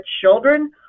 children